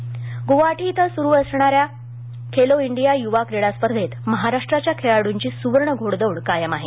Khelo India Guwahati इथं स्रु असणा या खेलो इंडिया य्वा क्रीडा स्पर्धेंत महाराष्ट्राच्या खेळाडूंची स्वर्ण घोडदौड कायम आहे